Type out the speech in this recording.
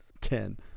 Ten